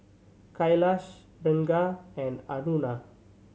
Kailash Ranga and Aruna